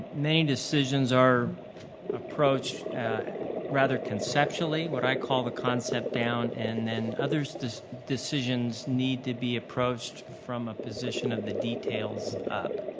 many decisions are approached rather conceptually, what i call the concept down and then others' decisions need to be approached from a position of the details up.